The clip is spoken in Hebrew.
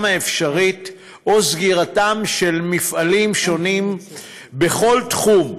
האפשרית או סגירתם של מפעלים שונים בכל תחום: